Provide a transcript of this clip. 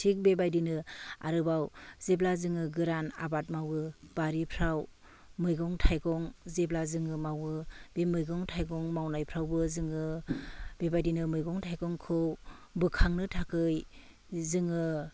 थिग बेबायदिनो आरोबाव जेब्ला जोङो गोरान आबाद मावो बारिफोराव मैगं थाइगं जेब्ला जोङो मावो बे मैगं थाइगं मावनायफ्रावबो जोङो बेबायदिनो मैगं थाइगंखौ बोखांनो थाखाय जोङो